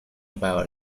about